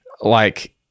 like-